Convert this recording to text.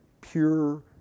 pure